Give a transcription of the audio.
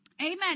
Amen